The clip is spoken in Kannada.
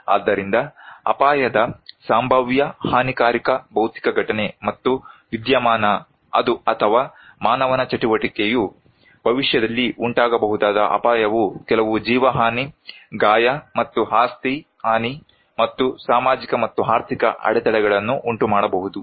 ಆದ್ದರಿಂದ ಅಪಾಯದ ಸಂಭಾವ್ಯ ಹಾನಿಕಾರಕ ಭೌತಿಕ ಘಟನೆ ಮತ್ತು ವಿದ್ಯಮಾನ ಅಥವಾ ಮಾನವನ ಚಟುವಟಿಕೆಯು ಭವಿಷ್ಯದಲ್ಲಿ ಉಂಟಾಗಬಹುದಾದ ಅಪಾಯವು ಕೆಲವು ಜೀವ ಹಾನಿ ಗಾಯ ಮತ್ತು ಆಸ್ತಿ ಹಾನಿ ಮತ್ತು ಸಾಮಾಜಿಕ ಮತ್ತು ಆರ್ಥಿಕ ಅಡೆತಡೆಗಳನ್ನು ಉಂಟುಮಾಡಬಹುದು